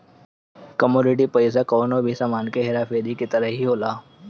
commodity पईसा कवनो भी सामान के हेरा फेरी के तरही होला